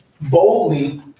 boldly